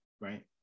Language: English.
right